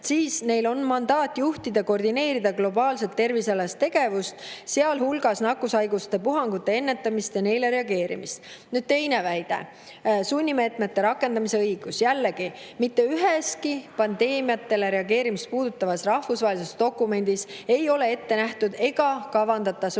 et tal on mandaat juhtida ja koordineerida globaalselt tervisealast tegevust, sealhulgas nakkushaiguste puhangute ennetamist ja neile reageerimist. Teine väide: sunnimeetmete rakendamise õigus. Jällegi, mitte üheski pandeemiatele reageerimist puudutavas rahvusvahelises dokumendis ei ole ette nähtud ega kavandata sunnimeetmete